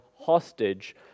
hostage